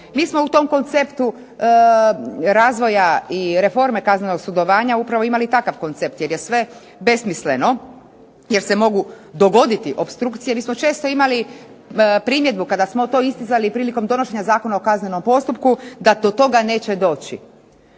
Mi smo u tom konceptu razvoja i reforme kaznenog sudovanja upravo imali takav koncept jer je sve besmisleno, jer se mogu dogoditi opstrukcije. Mi smo često imali primjedbu kada smo to isticali prilikom donošenja Zakona o kaznenom postupku da to toga neće doći.